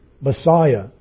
Messiah